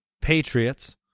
Patriots